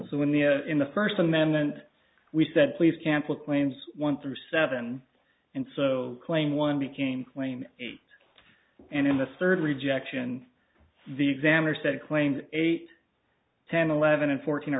so when the a in the first amendment we said please camp acclaims one through seven and so claim one became claim eight and in the third rejection the examiner said claimed eight ten eleven and fourteen